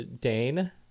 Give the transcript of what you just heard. Dane